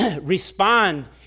respond